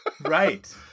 Right